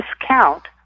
discount